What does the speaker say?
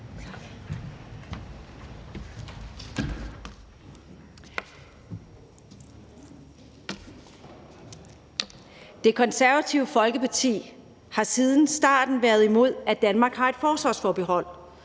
Det Konservative Folkeparti har siden starten været imod, at Danmark har et forsvarsforbehold,